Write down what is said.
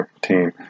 team